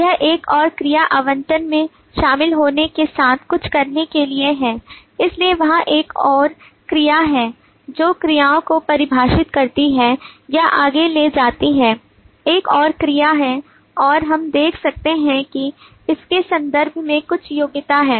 यह एक और क्रिया आवंटन में शामिल होने के साथ कुछ करने के लिए है इसलिए वहाँ एक और क्रिया है जो क्रियाओं को परिभाषित करती है या आगे ले जाती है एक और क्रिया है और हम देख सकते हैं कि इसके संदर्भ में कुछ योग्यता है